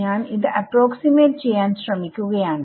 ഞാൻ അപ്പ്രോക്സിമേറ്റ് ചെയ്യാൻ ശ്രമിക്കുകയാണ്